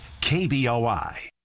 KBOI